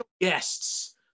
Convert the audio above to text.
guests